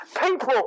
people